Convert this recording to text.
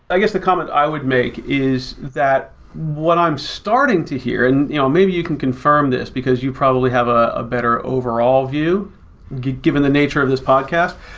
i guess the comment i would make is that what i'm starting to hear, and you know maybe you can confirm this because you probably have a ah better overall view given the nature of this podcast,